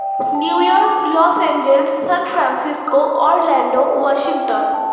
New York Los Angeles San Francisco orlando Washington